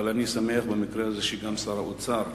אבל אני שמח במקרה הזה שגם שר האוצר